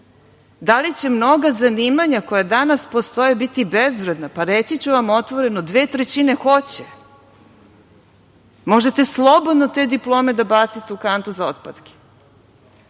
Da li će mnoga zanimanja koja danas postoje biti bezvredna? Pa, reći ću vam otvoreno – dve trećine hoće. Možete slobodno te diplome da bacite u kantu za otpatke.